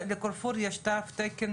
ל'קרפור' יש תו תקן משלה?